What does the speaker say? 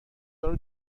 یارو